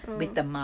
mm